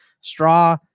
Straw